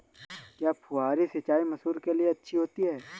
क्या फुहारी सिंचाई मसूर के लिए अच्छी होती है?